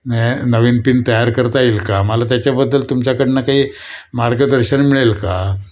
न नवीन पिन तयार करता येईल का मला त्याच्याबद्दल तुमच्याकडनं काही मार्गदर्शन मिळेल का